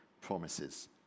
promises